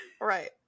Right